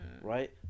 Right